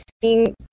seeing